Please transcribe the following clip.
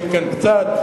משרד הפנים עדכן קצת,